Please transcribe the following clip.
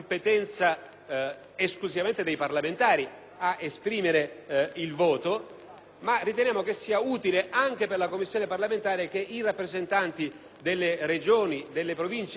esclusiva dei parlamentari a esprimere il voto, affermi la partecipazione in maniera utile anche per la Commissione parlamentare dei rappresentanti delle Regioni, delle Province e dei Comuni